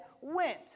went